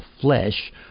flesh